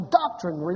doctrine